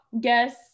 guess